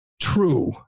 true